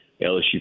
LSU